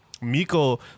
miko